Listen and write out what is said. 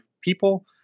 people